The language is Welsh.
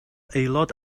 aelod